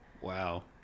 Wow